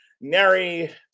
nary